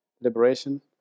liberation